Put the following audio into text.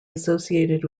associated